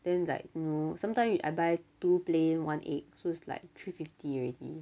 then like you know sometimes I buy two plain one egg so it's like three fifty already